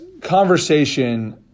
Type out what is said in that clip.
conversation